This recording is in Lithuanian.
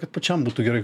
kad pačiam būtų gerai